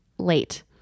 Late